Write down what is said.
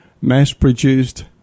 mass-produced